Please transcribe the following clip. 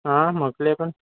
હં મોકલી આપો ને